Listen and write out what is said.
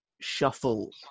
shuffle